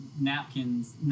napkins